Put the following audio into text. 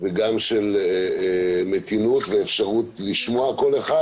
וגם של מתינות ואפשרות לשמוע כל אחד,